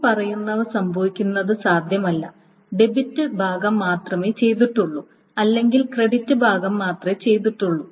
ഇനിപ്പറയുന്നവ സംഭവിക്കുന്നത് സാധ്യമല്ല ഡെബിറ്റ് ഭാഗം മാത്രമേ ചെയ്തിട്ടുള്ളൂ അല്ലെങ്കിൽ ക്രെഡിറ്റ് ഭാഗം മാത്രമേ ചെയ്തിട്ടുള്ളൂ